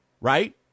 Right